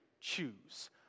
choose